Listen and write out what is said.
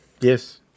yes